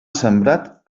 sembrat